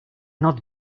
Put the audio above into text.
not